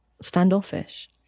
standoffish